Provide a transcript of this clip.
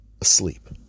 asleep